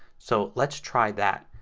so let's try that.